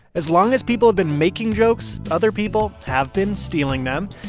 as long as people have been making jokes, other people have been stealing them.